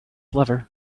lever